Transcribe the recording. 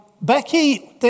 Becky